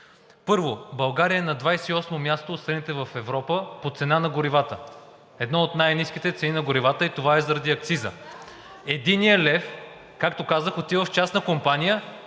Първо, България е на 28-о място от страните в Европа по цена на горивата – една от най-ниските цени на горивата, и това е заради акциза. Единият лев, както казах, отива в частна компания